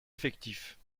effectifs